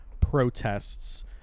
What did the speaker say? protests